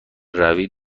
روی